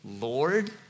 Lord